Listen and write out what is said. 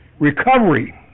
Recovery